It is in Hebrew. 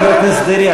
חבר הכנסת דרעי,